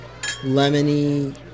lemony